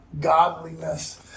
godliness